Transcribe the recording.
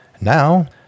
Now